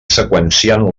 seqüenciant